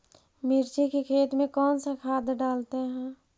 मिर्ची के खेत में कौन सा खाद डालते हैं?